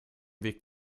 weg